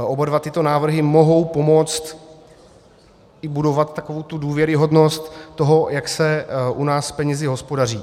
Oba dva tyto návrhy mohou pomoci budovat takovou důvěryhodnost toho, jak se u nás s penězi hospodaří.